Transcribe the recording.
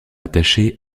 attaché